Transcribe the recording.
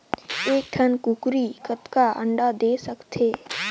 एक ठन कूकरी कतका अंडा दे सकथे?